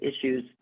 issues